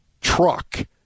truck